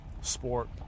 sport